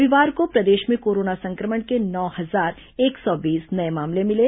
रविवार को प्रदेश में कोरोना संक्रमण के नौ हजार एक सौ बीस नये मामले मिले